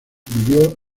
vivió